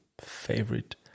favorite